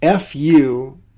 FU